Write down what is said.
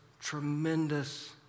tremendous